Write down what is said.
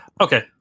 Okay